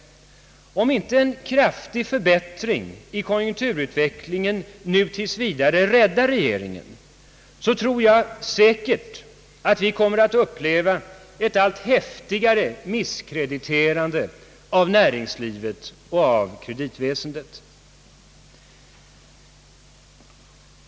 Om inte en kraftig förbättring i konjunkturutvecklingen nu tills vidare räddar regeringen, är jag ganska säker på att vi kommer att få uppleva ett allt häftigare misskrediterande av näringslivet och kreditväsendet.